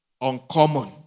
uncommon